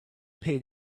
paid